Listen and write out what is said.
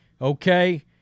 okay